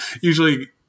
usually